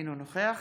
אינו נוכח